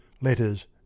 letters